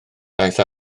daeth